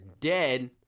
dead